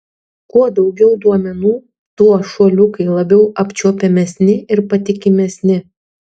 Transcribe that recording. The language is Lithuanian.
kuo daugiau duomenų tuo šuoliukai labiau apčiuopiamesni ir patikimesni